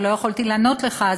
אבל לא יכולתי לענות לך,